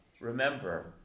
remember